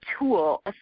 tool